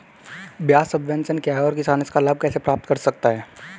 ब्याज सबवेंशन क्या है और किसान इसका लाभ कैसे प्राप्त कर सकता है?